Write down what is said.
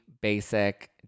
basic